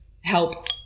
help